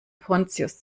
pontius